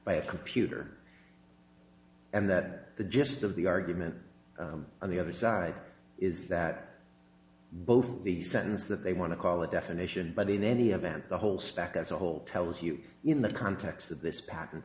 by a computer and that the gist of the argument on the other side is that both the sense that they want to call a definition but in any event the whole stack as a whole tells you in the context of this pattern